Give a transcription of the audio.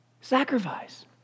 Sacrifice